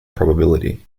probability